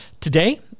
Today